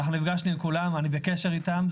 אנחנו נפגשנו עם כולם ואנחנו בקשר איתם.